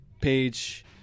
page